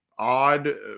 odd